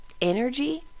energy